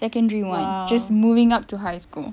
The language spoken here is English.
secondary one just moving up to high school